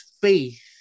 faith